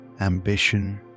ambition